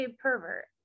pervert